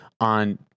on